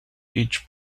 each